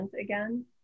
again